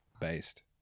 based